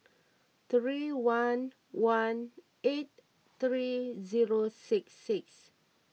three one one eight three zero six six